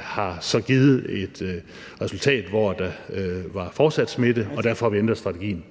har så givet et resultat, hvor der fortsat var smitte, og derfor har vi ændret strategien